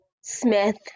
Smith